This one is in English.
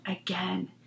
again